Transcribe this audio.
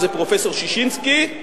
פרופסור ששינסקי,